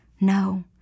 No